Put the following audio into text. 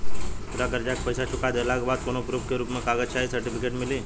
पूरा कर्जा के पईसा चुका देहला के बाद कौनो प्रूफ के रूप में कागज चाहे सर्टिफिकेट मिली?